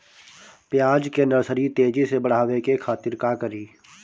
प्याज के नर्सरी तेजी से बढ़ावे के खातिर का करी?